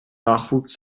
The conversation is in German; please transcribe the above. nachwuchs